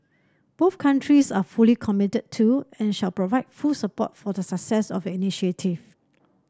both countries are fully committed to and shall provide full support for the success of the initiative